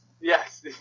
Yes